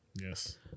yes